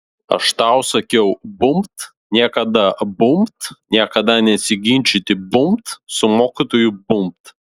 aš tau sakiau bumbt niekada bumbt niekada nesiginčyti bumbt su mokytoju bumbt